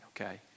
okay